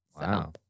Wow